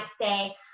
say